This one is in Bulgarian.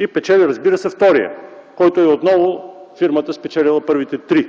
и печели, разбира се, вторият, който отново е фирмата, спечелила първите три лота,